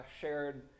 shared